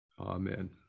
Amen